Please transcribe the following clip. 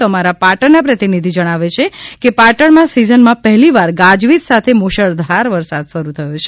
તો અમારા પાટણના પ્રતિનિધી જણાવે છે કે પાટણમાં સિઝનમાં પહેલીવાર ગાજવીજ સાથે મુશળધાર વરસાદ શરૂ થયો છે